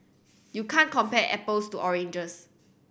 you can't compare apples to oranges